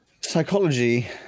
Psychology